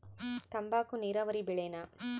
ತಂಬಾಕು ನೇರಾವರಿ ಬೆಳೆನಾ?